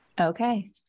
Okay